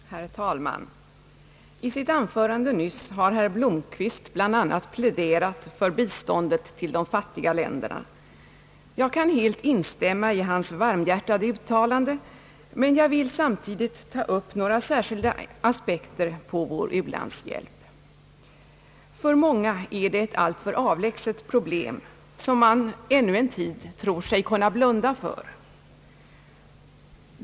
Herr talman! I sitt anförande nyss har herr Blomquist bl.a. pläderat för biståndet till de fattiga länderna. Jag kan helt instämma i hans varmhjärtade uttalande, men jag vill samtidigt ta upp några särskilda aspekter på vår u-landshjälp. För många är det ett alltför avlägset problem, som man ännu en tid tror sig kunna blunda för.